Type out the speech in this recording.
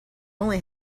only